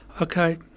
Okay